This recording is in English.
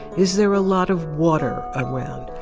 is there a lot of water around?